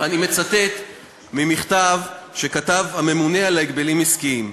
ואני מצטט ממכתב שכתב הממונה על ההגבלים העסקיים: